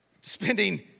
Spending